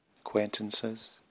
acquaintances